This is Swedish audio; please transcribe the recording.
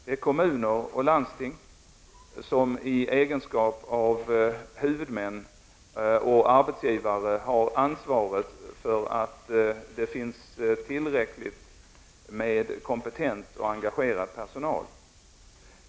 Det är kommuner och landsting som i egenskap av huvudmän och arbetsgivare har ansvaret för att det finns tillräckligt med kompetent och engage rad personal.